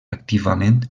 activament